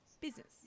business